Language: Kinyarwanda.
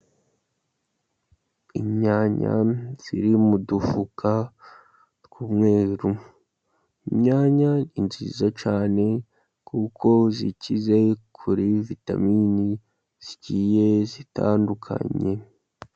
Inyanya ziri mu dufuka tw'umweru, inyanya ni nziza cyane, kuko zikize kuri vitaminini zigiye zitandukanye.